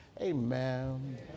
Amen